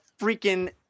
freaking